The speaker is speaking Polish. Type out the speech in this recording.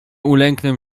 ulęknę